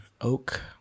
oak